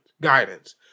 guidance